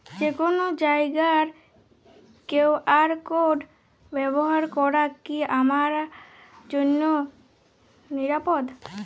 যে কোনো জায়গার কিউ.আর কোড ব্যবহার করা কি আমার জন্য নিরাপদ?